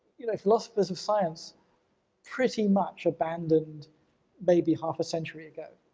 you know, philosophers of science pretty much abandoned maybe half a century ago,